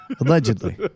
Allegedly